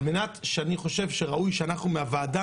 מאחר שאני חושב שראוי שאנחנו נוציא מהוועדה